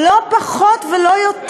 לא פחות ולא יותר.